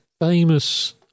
famous